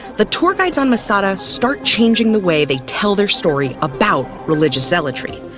the tour guides on masada start changing the way they tell their story about religious zealotry.